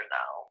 now